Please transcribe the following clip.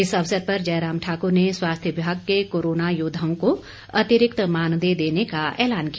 इस अवसर पर जयराम ठाकुर ने स्वास्थ्य विभाग के कोरोना योद्वाओं को अतिरिक्त मानदेय देने का ऐलान किया